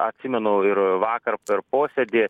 atsimenu ir vakar per posėdį